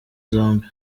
zombi